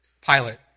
Pilate